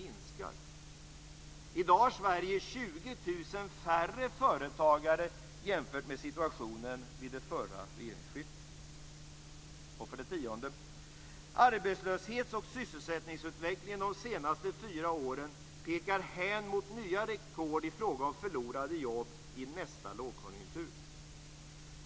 I dag har Sverige För det tionde pekar arbetslöshets och sysselsättningsutvecklingen under de senaste fyra åren hän mot nya rekord i fråga om förlorade jobb i nästa lågkonjunktur.